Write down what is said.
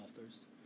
authors